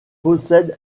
possède